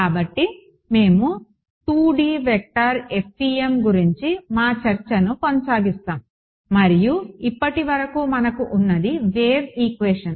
కాబట్టి మేము 2D vector FEM గురించి మా చర్చను కొనసాగిస్తాము మరియు ఇప్పటి వరకు మనకు ఉన్నది వేవ్ ఈక్వేషన్